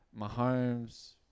Mahomes